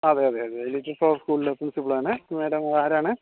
അതെ അതെ അതെ ലിറ്റിൽ ഫ്ളവർ സ്കൂൾളെ പ്രിൻസിപ്പളാണ് മേഡം അതാരാണ്